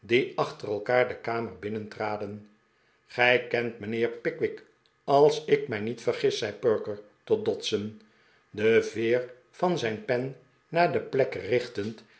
achter elkaar de kamer binnentraden gij kent mijnheer pickwick als ik mij niet vergis zei perker tot dodson de veer van zijn pen naar de plek richtend